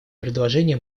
предложения